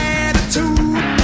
attitude